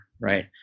right